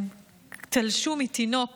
תלשו מתינוק